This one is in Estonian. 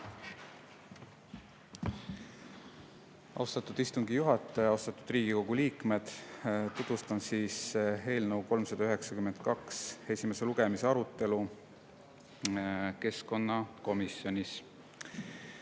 Austatud istungi juhataja! Austatud Riigikogu liikmed! Tutvustan eelnõu 392 esimese lugemise arutelu keskkonnakomisjonis.